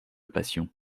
passion